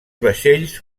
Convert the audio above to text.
vaixells